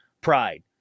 Pride